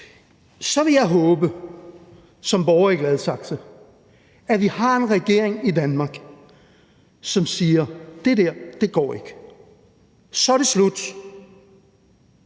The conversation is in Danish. Så vil jeg som borger i Gladsaxe håbe, at vi har en regering i Danmark, som siger, at det dér ikke går, og at